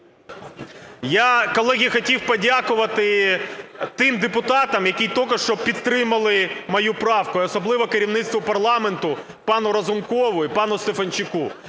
Я, колеги, хотів подякувати тим депутатам, які тільки що підтримали мою правку, і особливо керівництву парламенту пану Разумкову і пану Стефанчуку.